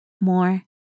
more